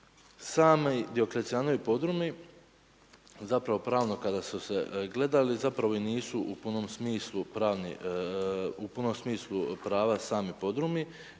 Sami Dioklecijanovi podrumi, zapravo pravno kada su se gledali zapravo i nisu u punom smislu prava sami podrumi